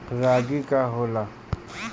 रागी का होला?